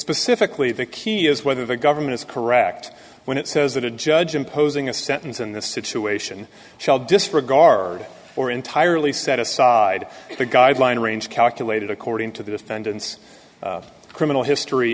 specifically the key is whether the government is correct when it says that a judge imposing a sentence in this situation shall disregard or entirely set aside the guideline range calculated according to the defendant's criminal history